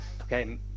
Okay